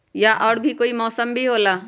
या और भी कोई मौसम मे भी होला?